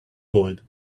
gold